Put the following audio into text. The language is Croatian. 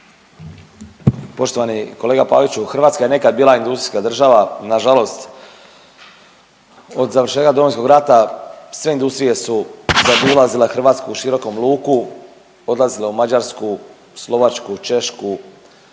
Poštovani kolega Paviću, Hrvatska je nekad bila industrijska država, nažalost od završetka Domovinskog rata sve industrije su zaobilazile Hrvatsku u širokom luku, odlazile u Mađarsku, Slovačku, Češku,